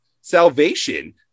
salvation